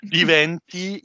diventi